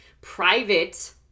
private